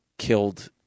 Killed